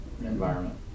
Environment